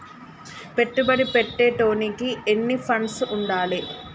పెట్టుబడి పెట్టేటోనికి ఎన్ని ఫండ్స్ ఉండాలే?